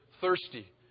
thirsty